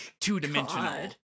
two-dimensional